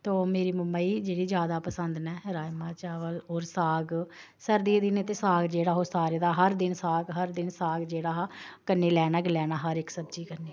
तो मेरी मामा गी जेह्ड़े ज्यादा पसंद न राजमांह् चावल होर साग सर्दियें दे दिनें च ते साग जेह्ड़ा ओह् हर दिन साग जेह्ड़ा हा कन्नै लैना गै लैना हर इक सब्जी कन्नै